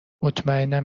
مطمئنم